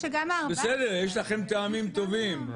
בסדר, יש לכם טעמים טובים.